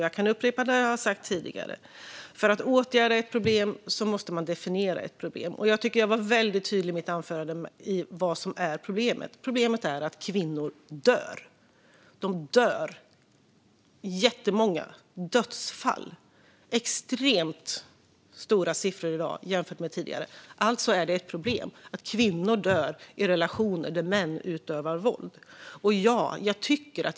Jag kan upprepa det jag har sagt tidigare. För att åtgärda ett problem måste man definiera det. Jag var väldigt tydlig i mitt anförande med vad som är problemet. Problemet är att kvinnor dör. Det är jättemånga dödsfall. Det är extremt stora siffror i dag jämfört med tidigare. Alltså är det ett problem. Kvinnor dör i relationer där män utövar våld.